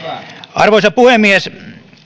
arvoisa puhemies